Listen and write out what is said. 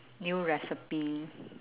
new recipe